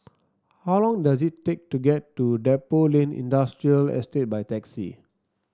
how long does it take to get to Depot Lane Industrial Estate by taxi